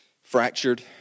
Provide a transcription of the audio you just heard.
fractured